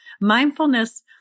mindfulness